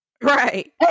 right